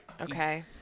okay